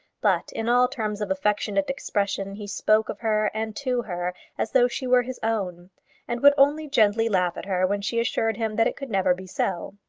but in all terms of affectionate expression he spoke of her and to her as though she were his own and would only gently laugh at her when she assured him that it could never be so.